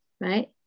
Right